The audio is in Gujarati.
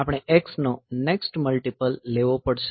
આપણે x નો નેક્સ્ટ મલ્ટીપલ લેવો પડશે